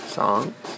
songs